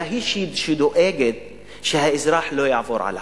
אלא היא דואגת שהאזרח לא יעבור על החוק.